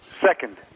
Second